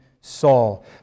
Saul